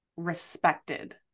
respected